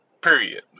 Period